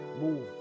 move